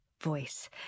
voice